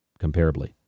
comparably